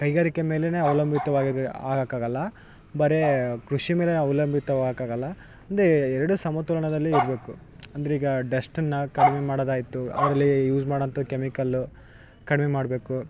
ಕೈಗಾರಿಕೆ ಮೇಲೇ ಅವಲಂಬಿತವಾಗಿರು ಆಗೋಕಾಗಲ್ಲ ಬರೀ ಕೃಷಿ ಮೇಲೆ ಅವಲಂಬಿತವಾಗಕಾಗೋಲ್ಲ ಅಂದೇ ಎರಡು ಸಮತೋಲನದಲ್ಲಿ ಇರಬೇಕು ಅಂದ್ರೀಗ ಡಸ್ಟ್ನ್ನು ಕಡಿಮೆ ಮಾಡೋದಾಯ್ತು ಅದರಲ್ಲಿ ಯೂಸ್ ಮಾಡೋವಂಥ ಕೆಮಿಕಲ್ಲು ಕಡಿಮೆ ಮಾಡಬೇಕು